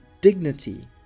dignity